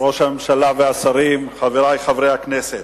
ראש הממשלה והשרים, חברי חברי הכנסת,